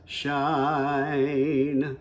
shine